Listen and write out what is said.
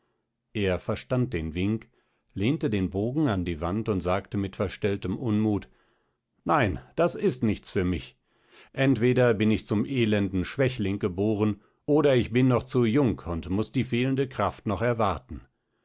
er verstand den wink lehnte den bogen an die wand und sagte mit verstelltem unmut nein das ist nichts für mich entweder bin ich zum elenden schwächling geboren oder ich bin noch zu jung und muß die fehlende kraft noch erwarten